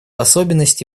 особенности